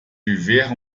viver